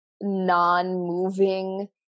non-moving